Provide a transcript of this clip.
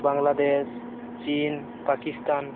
ᱵᱟᱝᱞᱟᱫᱮᱥ ᱪᱤᱱ ᱯᱟᱠᱤᱥᱛᱟᱱ